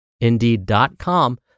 indeed.com